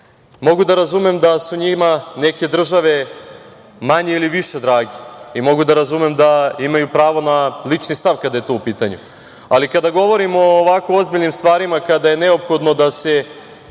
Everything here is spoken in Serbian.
da razumem da su njima neke države, manje ili više drage i mogu da razumem da imaju pravo na lični stav kada je to u pitanju, ali kada govorimo o ovako ozbiljnim stvarima, kada je neophodno da se